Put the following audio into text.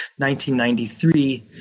1993